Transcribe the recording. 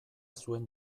zuen